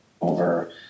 over